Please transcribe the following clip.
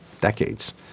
decades